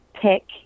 pick